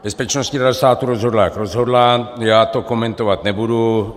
Bezpečnostní rada státu rozhodla, jak rozhodla, já to komentovat nebudu.